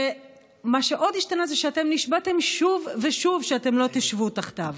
ומה שעוד השתנה זה שאתם נשבעתם שוב ושוב שאתם לא תשבו תחתיו.